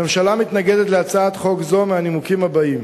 הממשלה מתנגדת להצעת חוק זו מהנימוקים האלה: